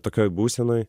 tokioj būsenoj